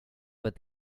but